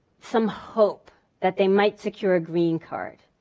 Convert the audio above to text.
some hope that they might secure a green card.